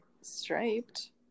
Striped